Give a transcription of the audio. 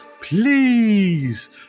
please